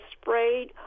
sprayed